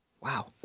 Wow